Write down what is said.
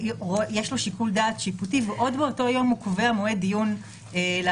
יש לו שיקול דעת שיפוטי ועוד באותו יום הוא קובע מועד דיון לעתירה.